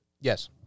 Yes